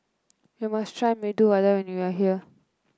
you must try Medu Vada when you are here